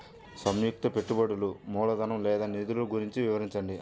సంయుక్త పెట్టుబడులు మూలధనం లేదా నిధులు గురించి వివరించండి?